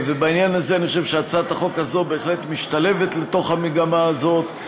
בעניין הזה אני חושב שהצעת החוק הזאת בהחלט משתלבת במגמה הזאת,